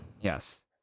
yes